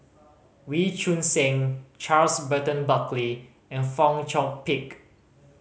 Wee Choon Seng Charles Burton Buckley and Fong Chong Pik